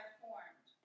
formed